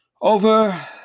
over